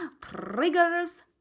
Triggers